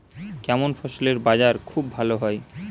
কেমন ফসলের বাজার খুব ভালো হয়?